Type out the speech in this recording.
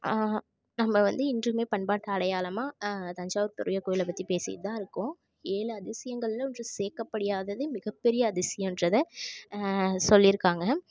நம்ப வந்து இன்றுமே பண்பாட்டு அடையாளமாக தஞ்சாவூர் பெரிய கோயிலை பற்றி பேசிட்டுதான் இருக்கோம் ஏழு அதிசயங்கள்ல ஒன்று சேர்க்கப்படியாதது மிகப்பெரிய அதிசயோன்றத சொல்லியிருக்காங்க